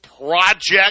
project